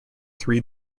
three